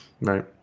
Right